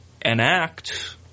enact